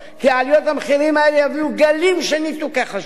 כי עליות המחירים האלה יביאו גלים של ניתוקי חשמל,